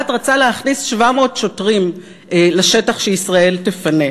רצה להכניס 700 שוטרים לשטח שישראל תפנה.